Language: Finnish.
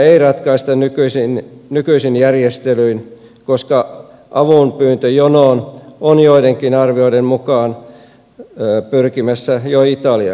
kriisiä ei ratkaista nykyisin järjestelyin koska avunpyyntöjonoon on joidenkin arvioiden mukaan pyrkimässä jo italiakin